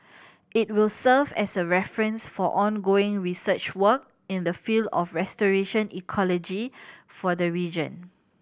it will serve as a reference for ongoing research work in the field of restoration ecology for the region